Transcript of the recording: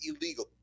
illegal